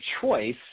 choice